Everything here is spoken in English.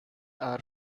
are